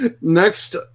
Next